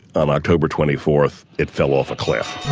on october twenty fourth, it fell off a cliff.